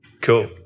Cool